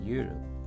Europe